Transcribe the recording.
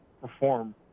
perform